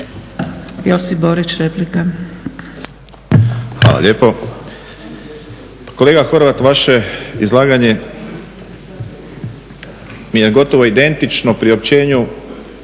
Josip (HDZ)** Hvala lijepo. Kolega Horvat vaše izlaganje mi je gotovo identično priopćenju